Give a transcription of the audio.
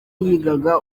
yigaga